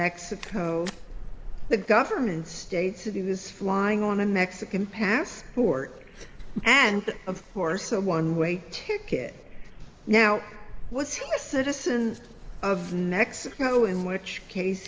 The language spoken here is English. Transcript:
mexico the government states he was flying on a mexican passport and of course a one way ticket now was he citizens of mexico in which case